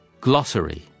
Glossary